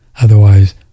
Otherwise